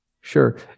Sure